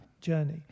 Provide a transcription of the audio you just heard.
journey